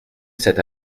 cet